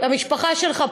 המשפחה שלך פה,